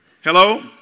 Hello